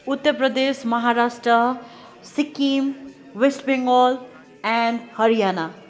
Uttar Pradesh Maharashtra Sikkim West Bengal and Haryana